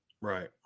Right